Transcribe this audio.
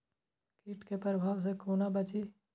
कीट के प्रभाव से कोना बचीं?